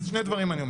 שני דברים אני אומר.